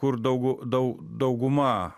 kur daug daug dauguma